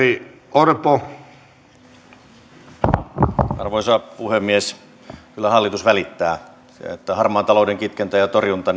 arvoisa puhemies kyllä hallitus välittää harmaan talouden kitkentä ja torjunta